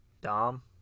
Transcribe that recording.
Dom